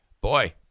boy